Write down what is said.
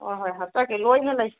ꯍꯣꯏ ꯍꯣꯏ ꯍꯥꯞꯆꯔꯛꯀꯦ ꯂꯣꯏꯅ ꯂꯩ